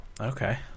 Okay